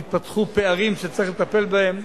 נתפתחו פערים שצריך לטפל בהם,